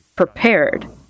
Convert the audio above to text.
prepared